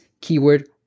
keyword